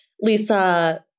Lisa